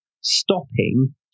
Stopping